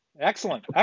Excellent